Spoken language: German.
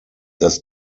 dass